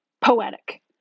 poetic